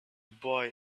boy